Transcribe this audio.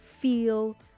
feel